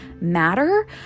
matter